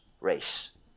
race